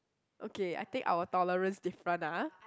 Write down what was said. okay I think our tolerance different ah